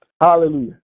Hallelujah